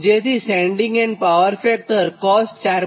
તો sending end power factor cos4